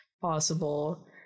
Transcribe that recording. possible